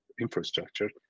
infrastructure